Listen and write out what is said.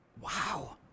Wow